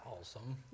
Awesome